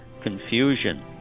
confusion